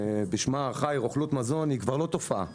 בשמה החי רוכלות מזון, היא כבר לא תופעה.